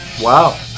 wow